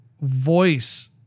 voice